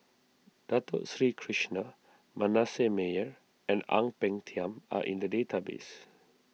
Dato Sri Krishna Manasseh Meyer and Ang Peng Tiam are in the database